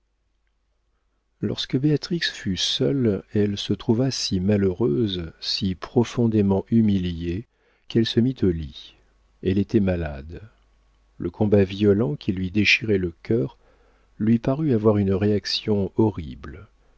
lorsque béatrix fut seule elle se trouva si malheureuse si profondément humiliée qu'elle se mit au lit elle était malade le combat violent qui lui déchirait le cœur lui parut avoir une réaction horrible